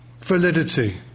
validity